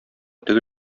теге